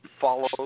follow